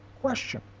question